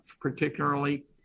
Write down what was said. particularly